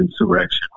insurrection